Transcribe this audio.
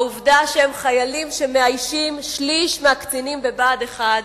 העובדה שהם שליש מהקצינים בבה"ד 1,